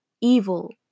evil